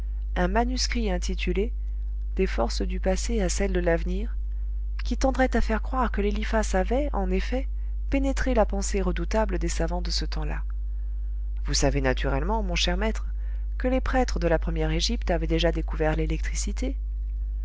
un manuscrit intitulé des forces du passé à celles de l'avenir qui tendrait à faire croire que l'eliphas avait en effet pénétré la pensée redoutable des savants de ce temps-là vous savez naturellement mon cher maître que les prêtres de la première égypte avaient déjà découvert l'électricité